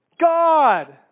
God